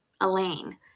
Elaine